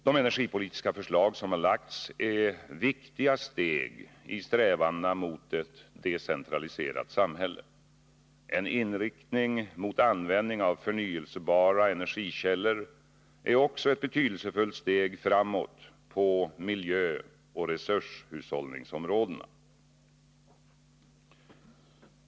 De energipolitiska förslag som har lagts fram är viktiga steg i strävandena mot ett decentraliserat samhälle. En inriktning mot användning av förnyelsebara energikällor är också ett betydelsefullt steg framåt på miljöoch resurshushållningsområdena.